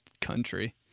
country